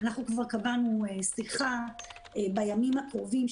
אנחנו כבר קבענו שיחה בימים הקרובים,